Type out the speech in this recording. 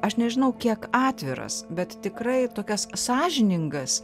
aš nežinau kiek atviras bet tikrai tokias sąžiningas